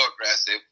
aggressive